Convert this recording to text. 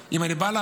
אם אני בא לעבוד,